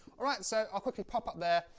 alright, so i'll quickly pop up there,